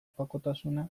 opakutasuna